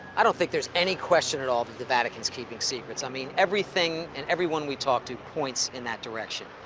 i don't think there's any question at all that the vatican is keeping secrets. i mean, everything and everyone we talk to points in that direction.